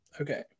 Okay